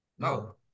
No